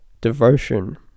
devotion